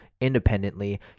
independently